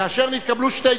כאשר נתקבלו שתי הסתייגויות.